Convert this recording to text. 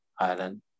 island